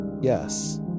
Yes